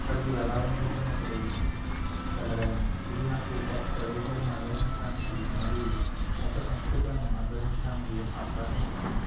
అక్కడికి వెళ్లాలనుకుంటున్నప్పుడు వెళ్ళగలను ఇది నాకు కొత్త ప్రదేశాలను అన్వేషించడానికి మరియు కొత్త సంస్కృతులను అనుభవించడానికి అవకాశం ఇచ్చింది